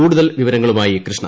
കൂടുതൽ വിവരങ്ങളുമായി കൃഷ്ണ